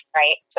right